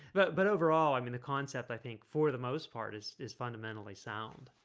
but but overall, i mean the concept i think for the most part is is fundamentally sound